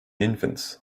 infants